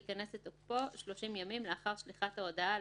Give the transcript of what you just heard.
יכנס לתוקפו 30 ימים לאחר שליחת ההודעה על